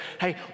hey